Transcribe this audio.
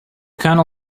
colonel